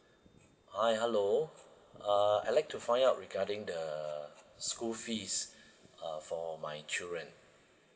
hi hello uh I'd like to find out regarding the school fees uh for my children